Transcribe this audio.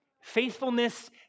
Faithfulness